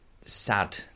sad